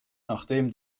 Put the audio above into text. nachdem